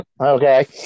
Okay